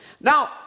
Now